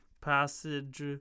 Passage